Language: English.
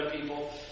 people